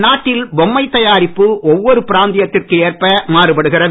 நம் நாட்டில் பொம்மை தயாரிப்பு ஒவ்வொரு பிராந்தியத்திற்கு ஏற்ப மாறுபடுகிறது